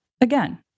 Again